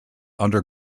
under